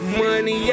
money